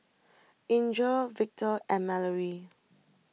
Inger Victor and Mallory